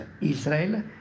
Israel